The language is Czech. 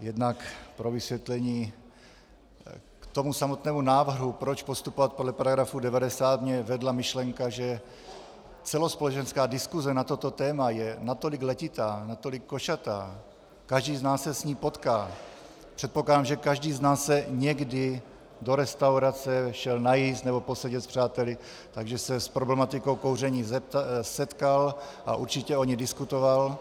jednak pro vysvětlení: K tomu samotnému návrhu, proč postupovat podle § 90, mě vedla myšlenka, že celospolečenská diskuse na toto téma je natolik letitá, natolik košatá, každý z nás se s ní potká, předpokládám, že každý z nás se někdy do restaurace šel najíst nebo posedět s přáteli, takže se s problematikou kouření setkal a určitě o ní diskutoval.